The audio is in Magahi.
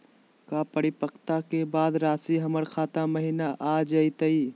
का परिपक्वता के बाद रासी हमर खाता महिना आ जइतई?